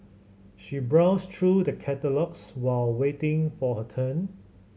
she browsed through the catalogues while waiting for her turn